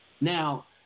now